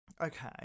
Okay